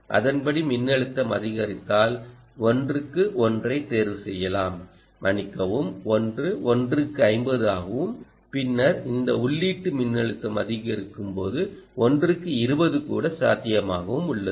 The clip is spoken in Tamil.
அதன்படி மின்னழுத்தம் அதிகரித்தால் 1 க்கு 1 ஐ தேர்வு செய்யலாம் மன்னிக்கவும் 1 1 க்கு 50 ஆகவும் பின்னர் இந்த உள்ளீட்டு மின்னழுத்தம் அதிகரிக்கும் போது 1 க்கு இருபது கூட சாத்தியமாகவும் உள்ளது